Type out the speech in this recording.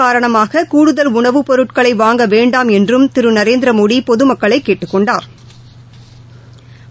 காரணமாககூடுதல் பொருட்களைவாங்க வேண்டாம் அச்சம் என்றும் திருநரேந்திரமோடிபொதுமக்களைகேட்டுக் கொண்டாா்